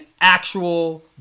actual